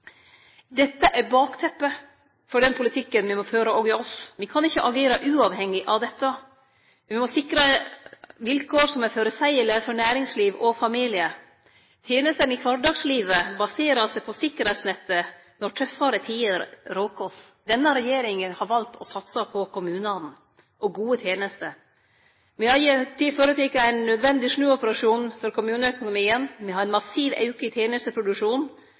Dette er bakteppet for den politikken me må føre òg hjå oss. Me kan ikkje agere uavhengig av dette. Me må sikre vilkår som er føreseielege for næringsliv og familiar. Tenestene i kvardagslivet baserer seg på sikkerheitsnettet når tøffare tider råkar oss. Denne regjeringa har valt å satse på kommunane og gode tenester. Me har føreteke ein nødvendig snuoperasjon for kommuneøkonomien. Me har ein massiv auke i tenesteproduksjonen,